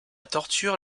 torture